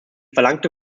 verlangte